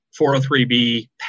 403b